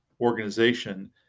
organization